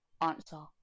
answer